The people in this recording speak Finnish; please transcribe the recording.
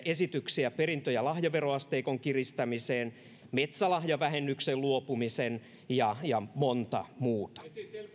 esityksiä perintö ja lahjaveroasteikon kiristämiseksi metsälahjavähennyksen luopumisen ja ja monta muuta